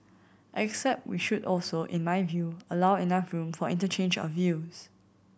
except we should also in my view allow enough room for interchange of views